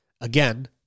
Again